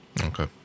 Okay